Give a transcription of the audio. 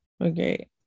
okay